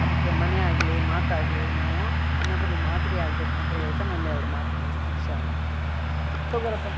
ಅದಕ್ಕೆ ಮನೆಯಾಗಲಿ ಮಾತಾಗಲಿ ನಾವು ಇನ್ನೊಬ್ರಿಗೆ ಮಾದರಿಯಾಗಬೇಕಂತ ಹೇಳ್ತಾ ನನ್ನ ಎರಡು ಮಾತು ಮುಗ್ಸ್ತೇನೆ ಶರಣಾರ್ಥಿ ತಗೊರಪ್ಪ